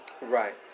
Right